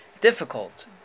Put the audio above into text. difficult